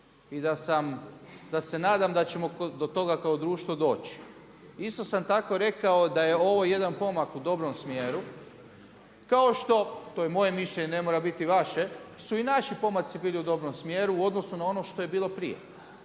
i da se nadam da ćemo do toga kao društvo doći. Isto sam tako rekao da je ovo jedan pomak u dobrom smjeru, kao što, to je moje mišljenje, ne mora biti vaše su i naši pomaci bili u dobrom smjeru u odnosu na ono što je bilo prije.